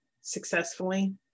successfully